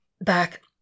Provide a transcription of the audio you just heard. Back